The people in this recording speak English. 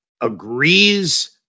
agrees